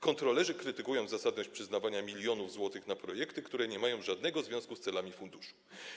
Kontrolerzy krytykują zasadność przyznawania milionów złotych na projekty, które nie mają żadnego związku z celami funduszu.